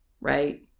Right